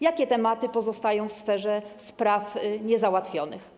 Jakie tematy pozostają w sferze spraw niezałatwionych?